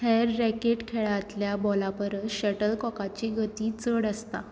हेर रॅकेट खेळांतल्या बॉलां परस शटलकॉकाची गती चड आसता